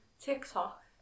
TikTok